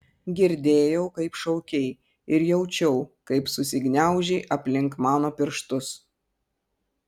girdėjau kaip šaukei ir jaučiau kaip susigniaužei aplink mano pirštus